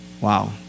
Wow